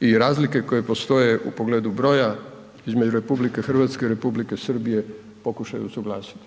i razlike koje postoje u pogledu broja između RH i Republike Srbije pokušaju usuglasiti,